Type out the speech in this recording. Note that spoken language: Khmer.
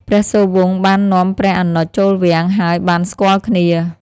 ព្រះសូរវង្សបាននាំព្រះអនុជចូលវាំង ហើយបានស្គាល់គ្នា។